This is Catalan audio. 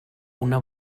una